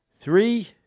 Three